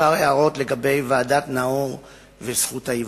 כמה הערות לגבי ועדת-נאור וזכות ההיוועצות: